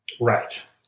Right